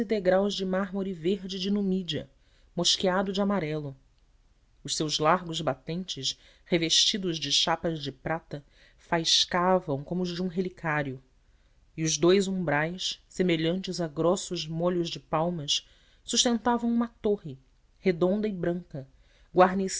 degraus de mármore verde de numídia mosqueado de amarelo os seus largos batentes revestidos de chapas de prata faiscavam como os de um relicário e os dous umbrais semelhantes a grossos molhos de palmas sustentavam uma torre redonda e branca